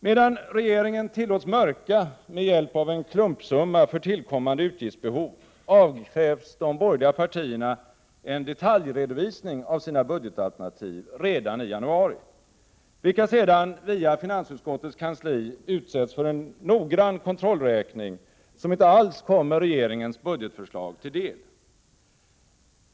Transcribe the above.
Medan regeringen tillåts ”mörka” med hjälp av en klumpsumma för tillkommande utgiftsbehov, avkrävs de borgerliga partierna en detaljredovisning av sina budgetalternativ redan i januari, vilka sedan via finansutskottets kansli utsätts för en noggrann kontrollräkning, som inte alls kommer regeringens budgetförslag till del.